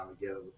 together